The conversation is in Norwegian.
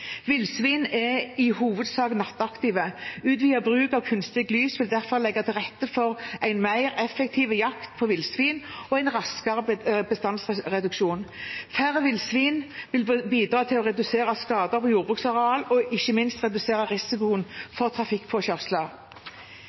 er i hovedsak nattaktive. Utvidet bruk av kunstig lys vil derfor legge til rette for en mer effektiv jakt på villsvin og en raskere bestandsreduksjon. Færre villsvin vil bidra til å redusere skader på jordbruksareal og ikke minst redusere risikoen for trafikkpåkjørsler.